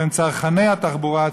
והם צרכני התחבורה הציבורית,